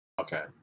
okay